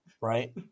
right